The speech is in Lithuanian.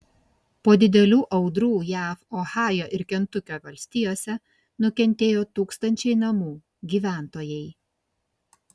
po didelių audrų jav ohajo ir kentukio valstijose nukentėjo tūkstančiai namų gyventojai